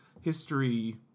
history